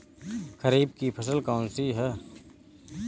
खरीफ की फसल कौन सी है?